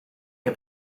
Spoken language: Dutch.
heb